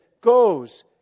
goes